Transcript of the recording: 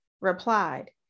replied